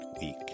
week